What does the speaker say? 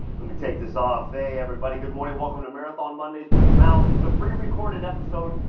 let me take this off. hey everybody, good morning. welcome to marathon mondays with mal. this is a pre-recorded episode.